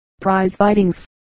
prize-fightings